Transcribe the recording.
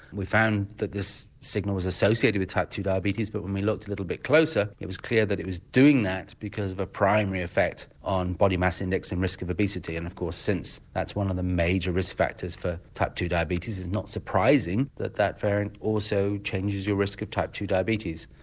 we found that this signal was associated with type two diabetes but when we looked a little bit closer it was clear that it was doing that because of a primary effect on body mass index and risk of obesity and of course since, that is one of the major risk factors for type two diabetes. it's not surprising that that variant also changes your risk of type two diabetes.